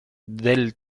del